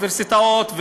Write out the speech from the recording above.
לאוניברסיטאות,